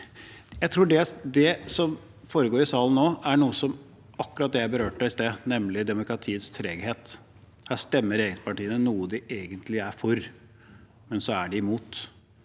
Jeg tror det som foregår i salen nå, er akkurat det jeg berørte i sted, nemlig demokratiets treghet. Her stemmer regjeringspartiene om noe de egentlig er for, og så er de imot.